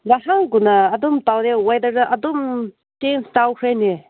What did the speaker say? ꯅꯍꯥꯟꯒꯨꯝꯅ ꯑꯗꯨꯝ ꯇꯧꯔꯦ ꯋꯦꯗꯔꯗ ꯑꯗꯨꯝ ꯇꯦꯟꯁ ꯀꯥꯎꯈ꯭ꯔꯦꯅꯦ